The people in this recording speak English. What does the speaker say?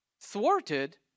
Thwarted